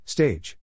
Stage